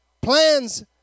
Plans